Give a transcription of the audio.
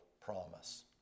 promise